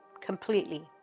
completely